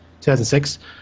2006